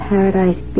Paradise